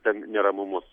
ten neramumus